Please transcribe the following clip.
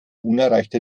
unerreichter